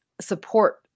support